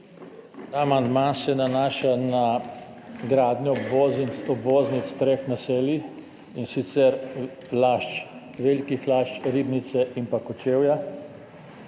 amandma se nanaša na gradnjo obvoznic treh naselij, in sicer Velikih Lašč, Ribnice in Kočevja.